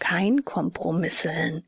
kein